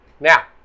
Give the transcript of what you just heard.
Now